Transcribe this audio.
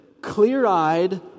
clear-eyed